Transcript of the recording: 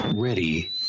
Ready